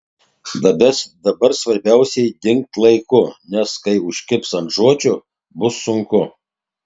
dabar svarbiausia dingt laiku nes kai užkibs ant žodžio bus sunku